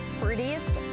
prettiest